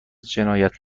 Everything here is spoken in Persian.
جنایت